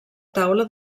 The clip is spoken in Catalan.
taula